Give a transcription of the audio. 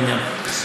בעניין הזה.